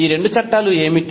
ఈ రెండు చట్టాలు ఏమిటి